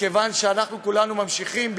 כיוון שכולנו ממשיכים,